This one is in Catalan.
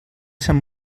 sant